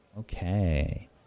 Okay